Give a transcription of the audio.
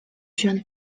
jeune